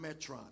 Metron